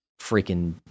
freaking